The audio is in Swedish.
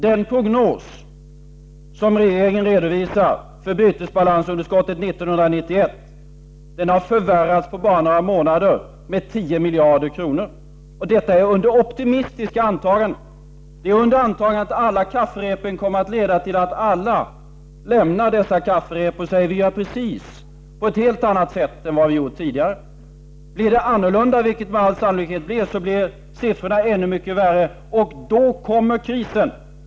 Den prognos som regeringen redovisat för bytesbalansunderskottet 1991 har förvärrats på bara några månader med 10 miljarder kronor — och detta bygger på optimistiska antaganden att alla kafferep kommer att leda till att samtliga lämnar dessa kafferep och säger: Vi gör på ett helt annat sätt än vi tidigare har gjort. Om det blir annorlunda — vilket det med all säkerhet blir — kommer siffrorna att vara ännu värre.